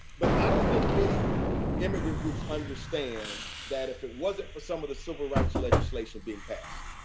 but i don't think many immigrant groups understand that if it wasn't for some of the civil rights legislation being passed,